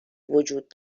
وجود